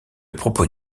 propos